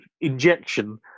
Injection